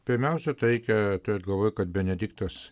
pirmiausia reikia turėt galvoj kad benediktas